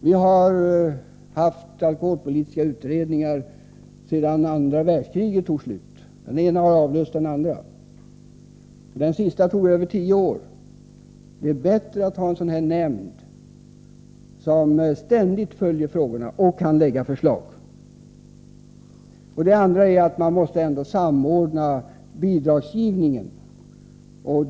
Vi har tillsatt alkoholpolitiska utredningar alltsedan andra världskrigets slut. Den ena utredningen har avlöst den andra. Den senaste arbetade i mer än tio år. Därför är det bättre att ha en nämnd som fortlöpande följer utvecklingen och kan framlägga förslag. Vidare är det viktigt och nödvändigt att bidragsgivningen samordnas.